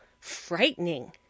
frightening